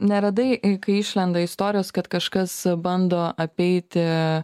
neradai kai išlenda istorijos kad kažkas bando apeiti